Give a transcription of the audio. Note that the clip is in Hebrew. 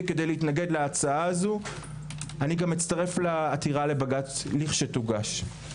כדי להתנגד להצעה הזו; גם אצטרף לעתירה לבג"ץ לכשתוגש.